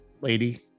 lady